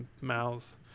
mouths